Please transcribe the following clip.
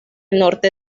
norte